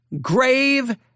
grave